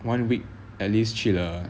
one week at least 去了